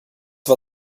war